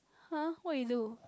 !huh! what you do